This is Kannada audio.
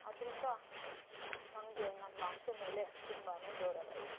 ಅದರಿಂದ ನಮಗೆ ನಮ್ಮ ಭಾಷೆ ಮೇಲೆ ತುಂಬಾ ಗೌರವ ಇದೆ